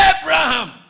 Abraham